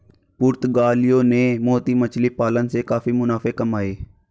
पुर्तगालियों ने मोती मछली पालन से काफी मुनाफे कमाए